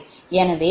எனவே Z2r 0